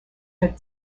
had